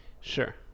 Sure